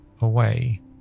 away